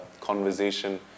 conversation